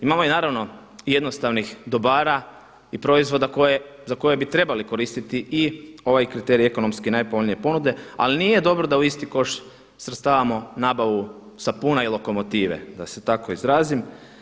Imamo naravno jednostavno dobara i proizvoda za koje bi trebali koristiti i ovaj kriterij ekonomski najpovoljnije ponude, ali nije dobro da u isti koš svrstavamo nabavu sapuna i lokomotive da se tako izrazim.